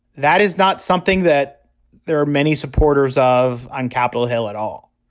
that is not something that there are many supporters of on capitol hill at all.